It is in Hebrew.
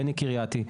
בני קריתי,